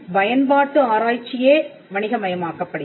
பயன்பாட்டு ஆராய்ச்சியே வணிகமயமாக்கப்படுகிறது